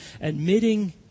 admitting